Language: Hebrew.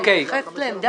שקלים.